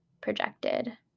projected